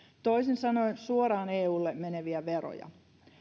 toisin sanoen suoraan eulle meneviä veroja